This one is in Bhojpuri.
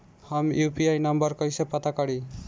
हम यू.पी.आई नंबर कइसे पता करी?